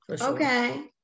Okay